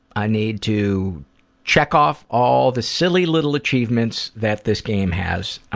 i need to check off all the silly little achievements that this game has.